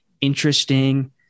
interesting